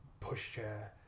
pushchair